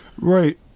right